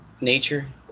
nature